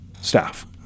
staff